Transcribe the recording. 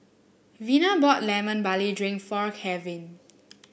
Vina bought Lemon Barley Drink for Kevin